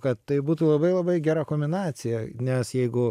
kad tai būtų labai labai gera kombinacija nes jeigu